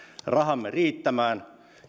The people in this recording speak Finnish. rahamme riittämään